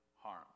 harm